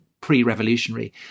pre-revolutionary